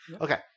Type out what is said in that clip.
Okay